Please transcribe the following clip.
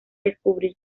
descubrir